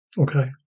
Okay